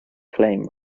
claim